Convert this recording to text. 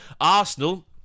Arsenal